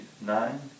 nine